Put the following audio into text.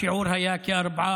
השיעור היה כ-4%,